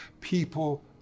People